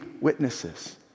witnesses